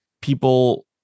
people